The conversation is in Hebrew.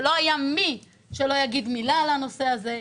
שלא היה מי שלא יגיד מילה על הנושא הזה.